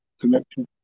Connection